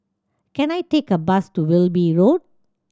can I take a bus to Wilby Road